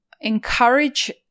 encourage